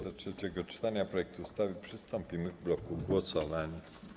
Do trzeciego czytania projektu ustawy przystąpimy w bloku głosowań.